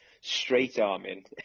straight-arming